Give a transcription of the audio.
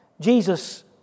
Jesus